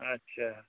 अच्छा